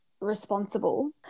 responsible